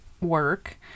work